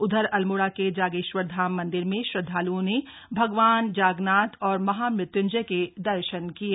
उधर अल्मोड़ा के जागेश्वर धाम मंदिर में श्रद्धाल्ओं ने भगवान जागनाथ और महामृत्यूंजय के दर्शन किये